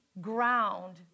ground